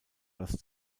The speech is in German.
das